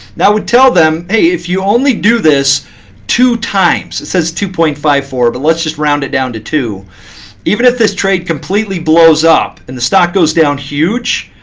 that would tell them, hey, if you only do this two times it says two point five four, but let's just round it down to two even if this trade completely blows up and the stock goes down huge,